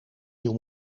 nieuw